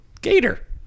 Gator